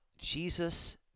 Jesus